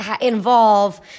involve